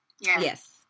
yes